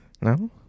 no